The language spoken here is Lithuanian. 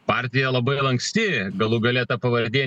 partija labai lanksti galų gale ta pavardė